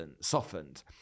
softened